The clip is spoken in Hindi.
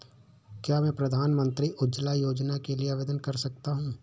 क्या मैं प्रधानमंत्री उज्ज्वला योजना के लिए आवेदन कर सकता हूँ?